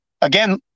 again